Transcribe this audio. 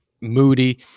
moody